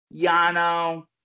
Yano